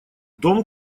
дом